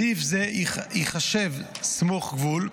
בסעיף זה ייחשבו יישוב סמוך גבול,